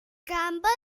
campbell